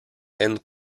and